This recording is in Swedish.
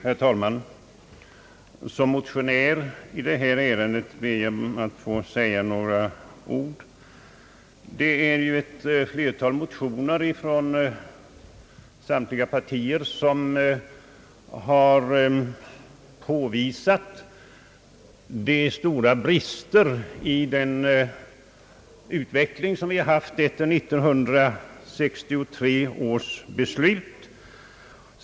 Herr talman! Som motionär i detta ärende ber jag att få säga några ord. I ett flertal motioner från samtliga partier har påvisats de stora bristerna i den utveckling som skett efter 1963 års beslut.